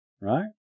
right